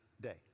day